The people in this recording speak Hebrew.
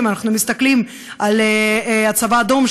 אנחנו מסתכלים על הצבא האדום,